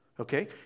Okay